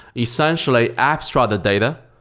essentially abstract the data.